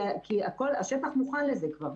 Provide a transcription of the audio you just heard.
כי השטח כבר מוכן לזה.